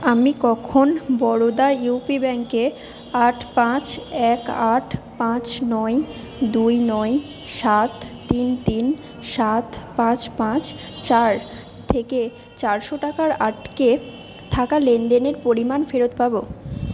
আমি কখন বরোদা ইউপি ব্যাঙ্কের আট পাঁচ এক আট পাঁচ নয় দুই নয় সাত তিন তিন সাত পাঁচ পাঁচ চার থেকে চারশো টাকার আটকে থাকা লেনদেনের পরিমাণ ফেরত পাবো